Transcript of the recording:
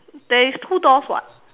there is two doors [what]